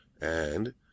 And—